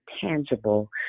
tangible